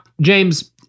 James